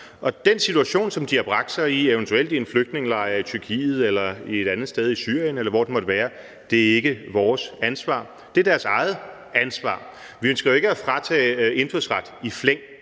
Den situation, som de har bragt sig i, eventuelt i en flygtningelejr i Tyrkiet eller i Syrien, eller hvor det måtte være, er ikke vores ansvar. Det er deres eget ansvar. Vi ønsker jo ikke at fratage mennesker indfødsret i flæng.